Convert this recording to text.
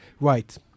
right